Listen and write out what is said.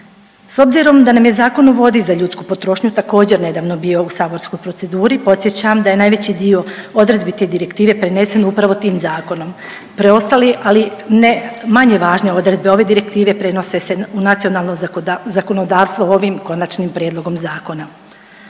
S obzirom da nam je Zakon o vodi za ljudsku potrošnju također nedavno bio u saborskoj proceduri, podsjećam da je najveći dio odredbi te direktive prenesen upravo tih zakonom, preostale, ali ne manje važne odredbe ove direktive prenose se u nacionalno zakonodavstvo ovim konačnim prijedlogom zakona.